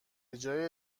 جای